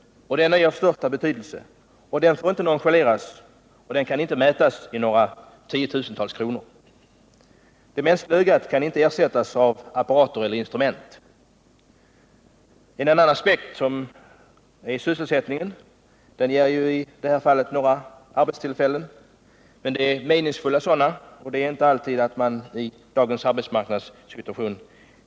Den är av största betydelse, och den får inte nonchaleras. Den kan inte heller mätas i några tiotusental kronor. Det mänskliga ögat kan inte ersättas av apparater eller instrument. En annan aspekt är sysselsättningen. I det här fallet gäller det endast några få arbetstillfällen, men det är meningsfulla sådana, och det är inte alltid fallet i dagens arbetsmarknadssituation.